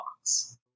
box